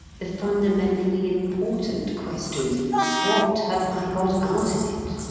the fundamentally important questions what have i got out of it?